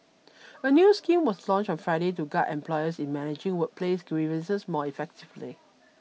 a new scheme was launched on Friday to guide employers in managing workplace grievances more effectively